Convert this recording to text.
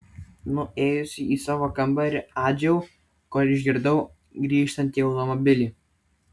nuėjusi į savo kambarį adžiau kol išgirdau grįžtantį automobilį